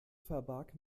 verbarg